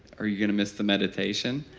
are you going to miss the meditation?